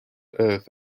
earth